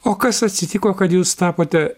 o kas atsitiko kad jūs tapote